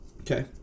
Okay